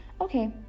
Okay